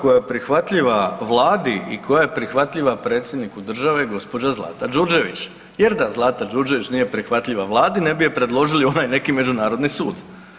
Osoba koja je prihvatljiva Vladi i koja je prihvatljiva predsjedniku države je gospođa Zlata Đurđević, jer da Zlata Đurđević nije prihvatljiva Vladi nebi je predložili, ona je neki međunarodni sud.